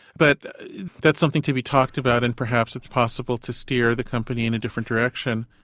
but that's something to be talked about and perhaps it's possible to steer the company in a different direction.